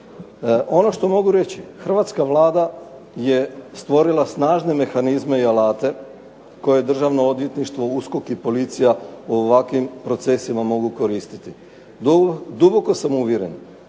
Ono što mogu reći hrvatska Vlada je stvorila snažne mehanizme i alate koje Državno odvjetništvo, USKOK i policija u ovakvim procesima mogu koristiti. Duboko sam uvjeren